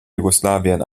jugoslawien